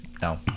No